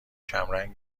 کمرنگ